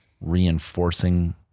reinforcing